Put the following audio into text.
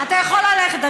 אתה יכול ללכת.